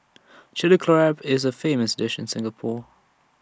Chilli Crab is A famous dish in Singapore